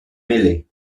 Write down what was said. mêlée